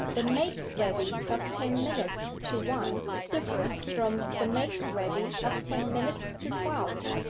the make ready of ten minutes to one differs from the make ready of ten minutes to twelve,